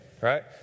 right